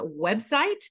website